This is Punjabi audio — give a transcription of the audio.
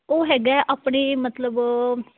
ਉਹ ਹੈਗਾ ਆਪਣੇ ਮਤਲਬ